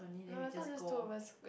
no it's not just two of us